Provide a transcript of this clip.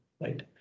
Right